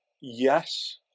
Yes